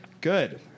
Good